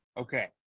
Okay